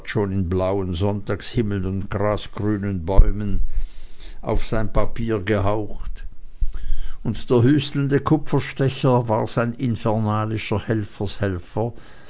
in blauen sonntagshimmeln und grasgrünen bäumen auf sein papier gehaucht und der hüstelnde kupferstecher war sein infernalischer helfershelfer